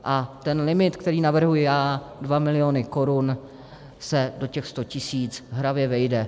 A ten limit, který navrhuji já, 2 miliony korun, se do těch 100 tisíc hravě vejde.